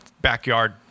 backyard